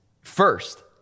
first